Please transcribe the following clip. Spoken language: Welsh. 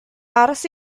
aros